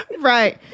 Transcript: Right